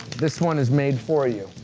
this one is made for you.